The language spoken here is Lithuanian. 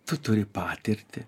tu turi patirtį